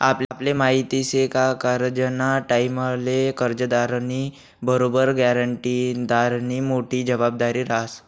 आपले माहिती शे का करजंना टाईमले कर्जदारनी बरोबर ग्यारंटीदारनी मोठी जबाबदारी रहास